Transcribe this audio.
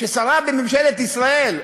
ששרה בממשלת ישראל,